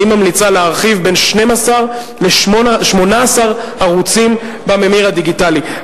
והיא ממליצה להרחיב בין 12 ל-18 ערוצים בממיר הדיגיטלי,